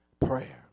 prayer